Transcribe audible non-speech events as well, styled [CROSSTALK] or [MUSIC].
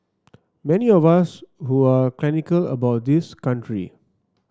many of us who are [UNINTELLIGIBLE] about this country